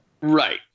Right